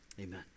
Amen